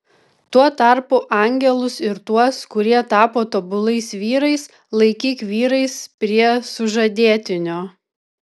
tuo tarpu angelus ir tuos kurie tapo tobulais vyrais laikyk vyrais prie sužadėtinio